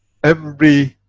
every